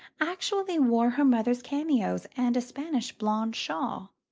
actually wore her mother's cameos and a spanish blonde shawl.